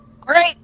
Great